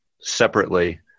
separately